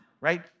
right